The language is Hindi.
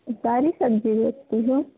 सारी सब्ज़ी बेचती हूँ